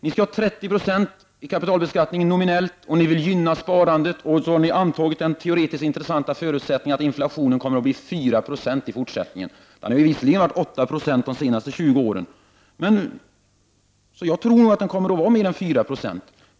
Ni vill ha nominellt 30 26 kapitalbeskattning, och ni vill gynna sparandet. Ni har antagit den teoretiskt intressanta förutsättningen att inflationen kommer att bli 4 96 i fortsättningen. Den har dock varit 8 26 de senaste 20 åren, så jag tror nog att den kommer att bli mer än 4 96.